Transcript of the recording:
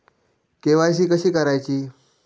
KYC कशी करायची?